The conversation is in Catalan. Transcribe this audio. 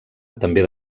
també